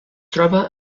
troba